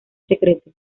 secreto